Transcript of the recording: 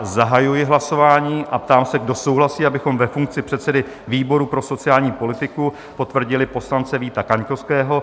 Zahajuji hlasování a ptám se, kdo souhlasí, abychom ve funkci předsedy výboru pro sociální politiku potvrdili poslance Víta Kaňkovského?